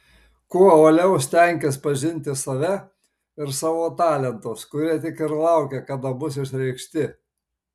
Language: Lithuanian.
kuo uoliau stenkis pažinti save ir savo talentus kurie tik ir laukia kada bus išreikšti